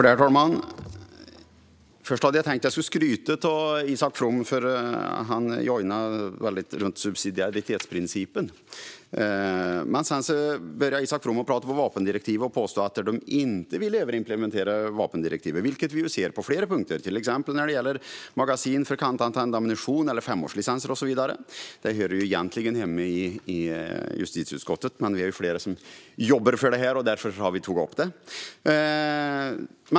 Herr talman! Först hade jag tänkt att jag skulle skryta för att Isak From joinade runt subsidiaritetsprincipen. Men sedan började Isak From tala om vapendirektivet och påstå att de inte vill överimplementera vapendirektivet, vilket vi ju ser på flera punkter, till exempel när det gäller magasin för kantantänd ammunition, femårslicenser och så vidare. Detta hör egentligen hemma i justitieutskottet, men vi är flera som jobbar för detta här, och därför har vi tagit upp det.